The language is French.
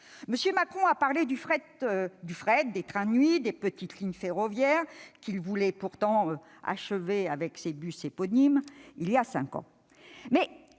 M. Macron a parlé du fret, des trains de nuit, des petites lignes ferroviaires, qu'il voulait pourtant achever avec ses bus éponymes voilà cinq ans.